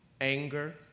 anger